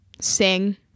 Sing